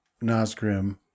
Nasgrim